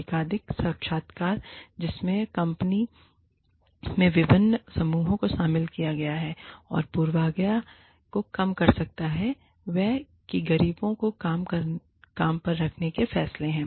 एकाधिक साक्षात्कार जिसमें कंपनी में विभिन्न समूहों को शामिल किया गया है जो पूर्वाग्रह को कम कर सकता है वह कि गरीबों को काम पर रखने के फैसले हैं